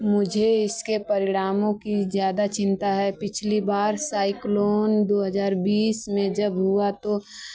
मुझे इसके परिणामों की ज़्यादा चिंता है पिछली बार साइक्लोन दो हज़ार बीस में जब हुआ तो